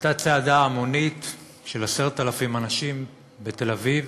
הייתה צעדה המונית של 10,000 אנשים בתל-אביב,